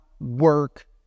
work